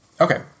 Okay